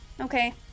Okay